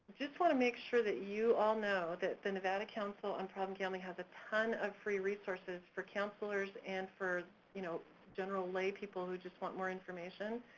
just wanna make sure that you all know that the nevada council on problem gambling has a ton of free resources for counselors and for you know general lay people who just want more information.